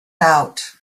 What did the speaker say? out